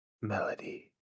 Melody